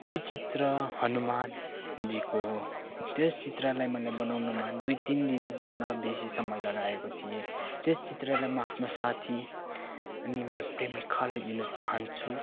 त्यो चित्र हनुमानजीको हो त्यस चित्रलाई मैले बनाउनुमा दुई तिन दिनभन्दा बेसी समय लगाएको थिएँ त्यस चित्रलाई म आफ्नो साथी अनि मेरो प्रेमिकालाई दिन चाहन्छु